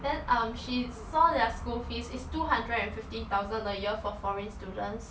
then um she saw their school fees is two hundred and fifty thousand a year for foreign students